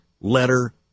letter